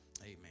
amen